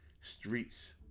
streets